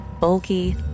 bulky